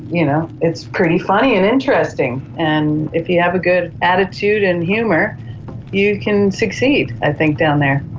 you know, it's pretty funny and interesting. and if you have a good attitude and humour you can succeed i think down there.